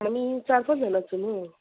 हामी चार पाँचजना छौँ हौ